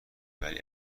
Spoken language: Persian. ولی